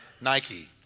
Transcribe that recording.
Nike